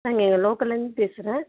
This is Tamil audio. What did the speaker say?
நான் இங்கே லோக்கலந்து பேசுகிறேன்